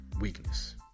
weakness